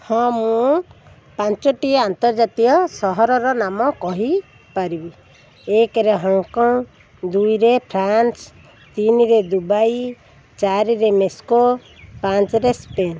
ହଁ ମୁଁ ପାଞ୍ଚୋଟି ଆନ୍ତର୍ଜାତୀୟ ସହରର ନାମ କହିପାରିବି ଏକରେ ହଂକଂ ଦୁଇରେ ଫ୍ରାନ୍ସ୍ ତିନିରେ ଦୁବାଇ ଚାରିରେ ମସ୍କୋ ପାଞ୍ଚରେ ସ୍ପେନ୍